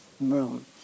room